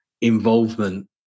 involvement